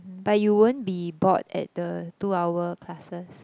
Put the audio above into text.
but you won't be bored at the two hour classes